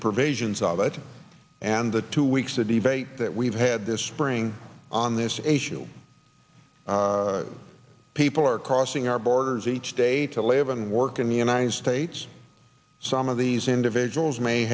provisions of it and the two weeks of debate that we've had this spring on this issue people are crossing our borders each day to live and work in the united states some of these individuals may